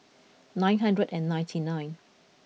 nine hundred and ninety nine